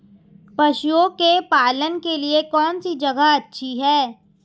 पशुओं के पालन के लिए कौनसी जगह अच्छी है?